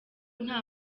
nta